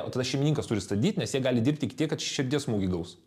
o tada šeimininkas turi stabdyt nes jie gali dirbt iki tiek kad širdies smūgį gaus